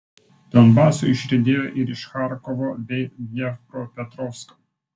donbasui išriedėjo ir iš charkovo bei dniepropetrovsko